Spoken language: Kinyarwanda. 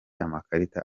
amakarita